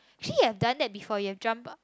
actually you have done that before you have jumped